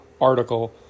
article